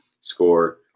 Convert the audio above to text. score